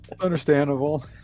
Understandable